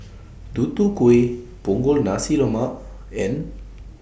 Tutu Kueh Punggol Nasi Lemak and